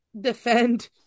defend